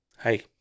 Hey